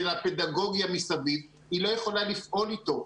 הפדגוגיה מסביב היא לא יכולה לפעול אתו.